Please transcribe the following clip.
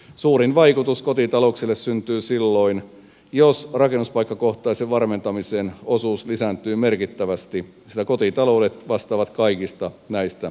suurin vaikutus kotitalouksille syntyy silloin jos rakennuspaikkakohtaisen varmentamisen osuus lisääntyy merkittävästi sillä kotitaloudet vastaavat kaikista näistä lisäkustannuksista